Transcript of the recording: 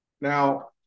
Now